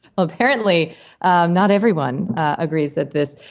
apparently um not everyone agrees that there's.